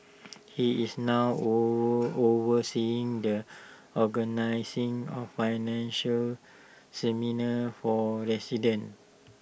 he is now over overseeing the organising of financial seminars for residents